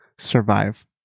survive